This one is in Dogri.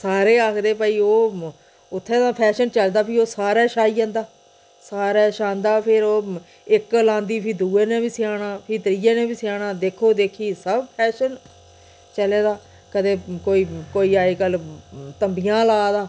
सारें गी आखदे भाई ओह् उत्थें दा फैशन चलदा फ्ही ओह् सारा छाई जंदा सारै छांदा फिर ओह् इक लांदी फ्ही दुए ने बी सेआना फ्ही त्रीए सेआना देखो देखी सब फैशन चला दा कदें कोई कोई अज्जकल तम्बियां ला दा